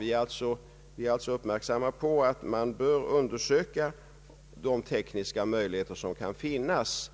Vi är uppmärksamma på att man bör undersöka de tekniska möjligheter som kan finnas